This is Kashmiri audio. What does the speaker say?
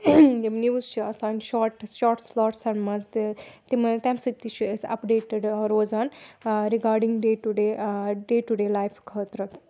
یِم نِوٕز چھِ آسان شاٹٕس شاٹٕس سُلاٹسَن منٛز تہِ تِمَن تَمہِ سۭتۍ تہِ چھُ أسۍ اَپڈیٹٕڈ روزان regarding day to day day to day life خٲطرٕ